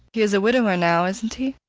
he is a widower now, isn't he?